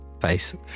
face